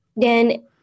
Dan –